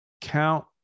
count